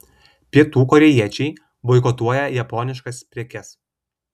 pietų korėjiečiai boikotuoja japoniškas prekes